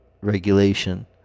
regulation